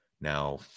now